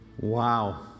Wow